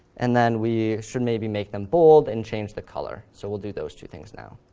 and then we should maybe make them bold and change the color. so we'll do those two things now.